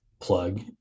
plug